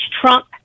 Trump